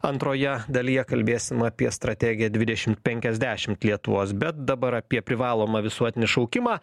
antroje dalyje kalbėsim apie strategiją dvidešimt penkiasdešimt lietuvos bet dabar apie privalomą visuotinį šaukimą